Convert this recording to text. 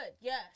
yes